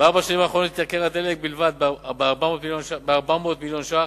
בארבע השנים האחרונות התייקר הדלק בלבד ב-400 מיליון שקלים,